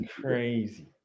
crazy